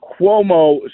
Cuomo